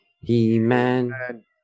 He-Man